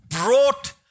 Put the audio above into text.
brought